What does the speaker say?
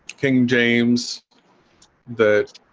king james that